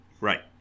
Right